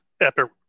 Epic